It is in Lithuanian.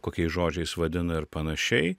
kokiais žodžiais vadina ir panašiai